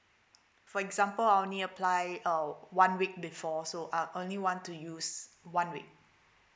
for example only apply a one week before so I only want to use one week